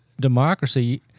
democracy